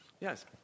Yes